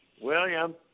William